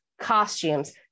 costumes